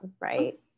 right